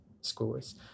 scores